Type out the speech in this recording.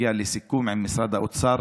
הגיע לסיכום עם משרד האוצר